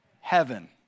Heaven